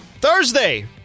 Thursday